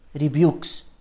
rebukes